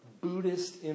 Buddhist